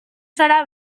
zara